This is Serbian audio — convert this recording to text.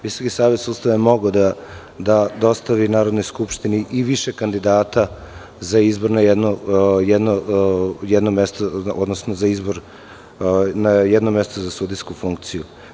Visoki savet sudstva mogao je da dostavi Narodnoj skupštini i više kandidata za izbor na jedno mesto, odnosno za izbor za jedno mesto na sudijsku funkciju.